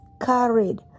carried